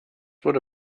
wurde